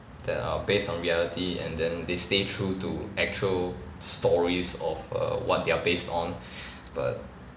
that are based on reality and then they stay true to actual stories of err what they're based on but